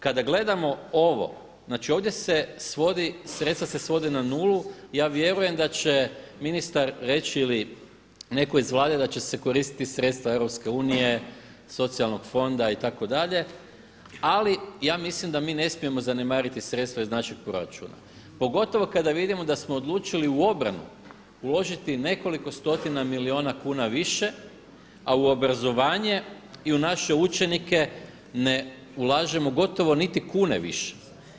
Kada gledamo ovo, znači ovdje se svodi, sredstva se svode na 0, ja vjerujem da će ministar reći ili netko iz Vlade da će se koristiti sredstva EU, socijalnog fonda itd. ali ja mislim da mi ne smijemo zanemariti sredstva iz našeg proračuna pogotovo kada vidimo da smo odlučili u obranu uložiti nekoliko stotina milijuna kuna više a u obrazovanje i u naše učenike ne ulažemo gotovo niti kune više.